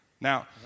Now